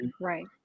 Right